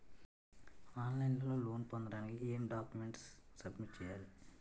On line లో loan పొందటానికి ఎం డాక్యుమెంట్స్ సబ్మిట్ చేయాలి?